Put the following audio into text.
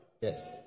Yes